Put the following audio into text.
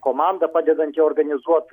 komanda padedanti organizuot